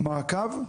מעקב.